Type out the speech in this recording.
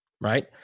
right